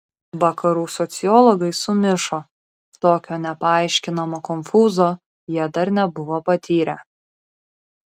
vakarų sociologai sumišo tokio nepaaiškinamo konfūzo jie dar nebuvo patyrę